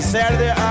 Saturday